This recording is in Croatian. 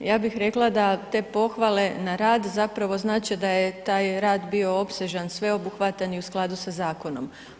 Ja bih rekla, da te pohvale na rad, zapravo znače da je taj rad bio opsežan, sveobuhvatan i u skladu sa zakonom.